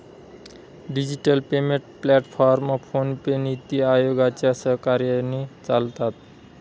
digital payment platform PhonePe, NITI आयोगाच्या सहकार्याने चालतात